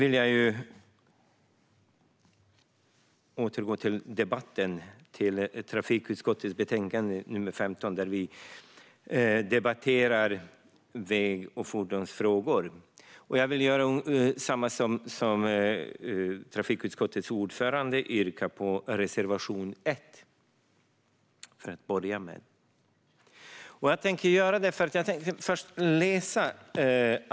Låt mig återgå till trafikutskottets betänkande 15. Vi debatterar här väg och fordonsfrågor. Jag vill till att börja med, precis som trafikutskottets ordförande, yrka bifall till reservation 1.